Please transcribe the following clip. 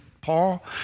Paul